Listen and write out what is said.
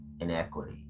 inequity